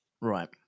Right